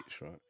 right